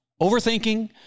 overthinking